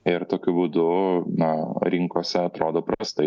ir tokiu būdu na rinkose atrodo prastai